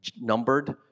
Numbered